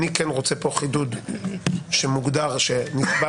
אני רוצה פה חידוד שמוגדר נתבע